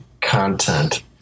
content